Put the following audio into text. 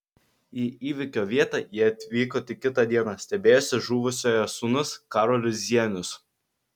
į įvykio vietą jie atvyko tik kitą dieną stebėjosi žuvusiojo sūnus karolis zienius